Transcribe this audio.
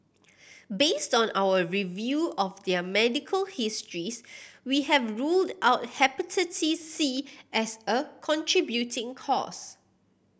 based on our review of their medical histories we have ruled out Hepatitis C as a contributing cause